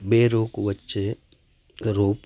બે રોક વચ્ચે રોપ